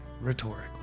rhetorically